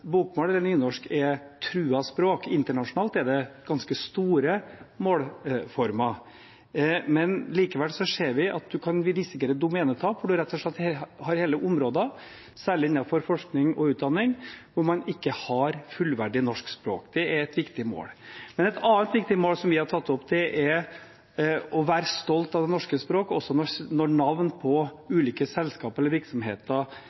nynorsk er truede språk – internasjonalt er det ganske store målformer – men likevel ser vi at man kan risikere domenetap hvor man rett og slett har hele områder, særlig innenfor forskning og utdanning, der man ikke har fullverdig norsk språk. Det er et viktig mål. Men et annet viktig mål som vi har tatt opp, er å være stolt av det norske språk også når navn på ulike selskap eller virksomheter